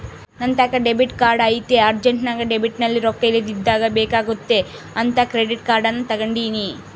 ನಂತಾಕ debit card ಐತೆ ಅರ್ಜೆಂಟ್ನಾಗ ಡೆಬಿಟ್ನಲ್ಲಿ ರೊಕ್ಕ ಇಲ್ಲದಿದ್ದಾಗ ಬೇಕಾಗುತ್ತೆ ಅಂತ ಕ್ರೆಡಿಟ್ ಕಾರ್ಡನ್ನ ತಗಂಡಿನಿ